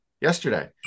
Yesterday